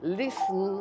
listen